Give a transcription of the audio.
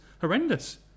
Horrendous